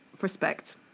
Respect